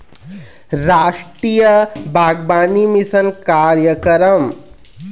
रास्टीय बागबानी मिसन कार्यकरम